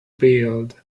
build